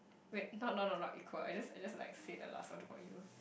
wait not not not not equal I just I just like say the last one for you